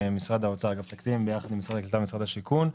משרד האוצר אגף תקציבים ביחד עם משרד הקליטה ומשרד השיכון.